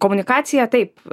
komunikacija taip